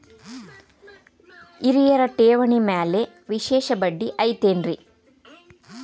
ಹಿರಿಯರ ಠೇವಣಿ ಮ್ಯಾಲೆ ವಿಶೇಷ ಬಡ್ಡಿ ಐತೇನ್ರಿ?